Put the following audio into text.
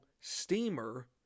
Steamer